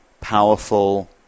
powerful